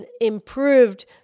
improved